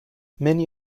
many